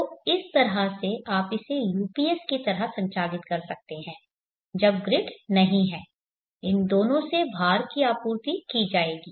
तो इस तरह से आप इसे UPS की तरह संचालित कर सकते हैं जब ग्रिड नहीं है इन दोनों से भार की आपूर्ति की जाएगी